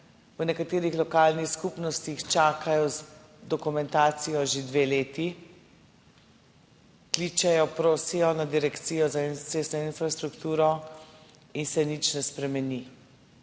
V nekaterih lokalnih skupnostih čakajo z dokumentacijo že dve leti, kličejo, prosijo na Direkcijo za cestno infrastrukturo in se nič ne spremeni.